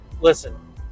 listen